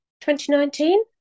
2019